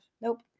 Nope